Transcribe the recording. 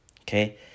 Okay